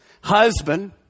husband